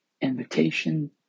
invitation